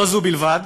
לא זו בלבד